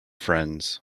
friends